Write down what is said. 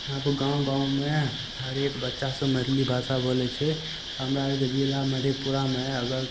इहाँपर गाँव गाँवमे हरेक बच्चा सभ मैथिली भाषा बोलय छै हमरा आरके जिला मधेपुरामे अगर